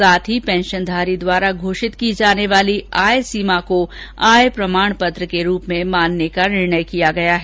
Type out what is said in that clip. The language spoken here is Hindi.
साथ ही पेंषनधारी द्वारा घोषित की जाने वाली आय सीमा को आय प्रमाण पत्र के रूप में मानने का निर्णय किया गया है